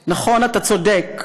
"נכון, אתה צודק,